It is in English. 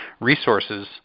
resources